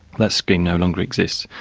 that scheme no longer exists.